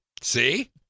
See